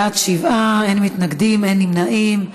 בעד, שבעה, אין מתנגדים, אין נמנעים.